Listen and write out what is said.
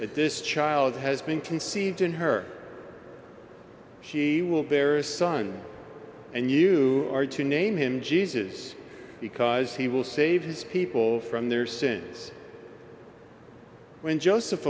at this child has been conceived in her she will bear a son and you are to name him jesus because he will save his people from their sins when joseph